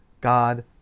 God